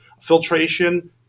filtration